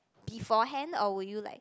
before hand or will you like